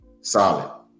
Solid